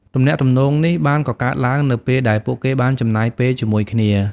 ទំនាក់ទំនងនេះបានកកើតឡើងនៅពេលដែលពួកគេបានចំណាយពេលជាមួយគ្នា។